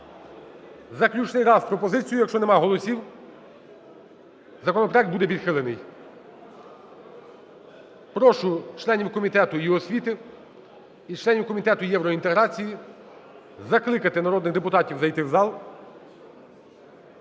заключний раз пропозицію. Якщо немає голосів, законопроект буде відхилений. Прошу членів Комітету освіти і членів Комітету євроінтеграції закликати народних депутатів зайти в зал,